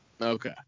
Okay